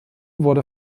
wurde